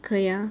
可以 ah